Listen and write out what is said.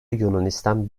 yunanistan